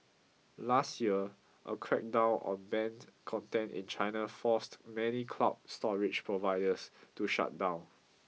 last year a crackdown on banned content in China forced many cloud storage providers to shut down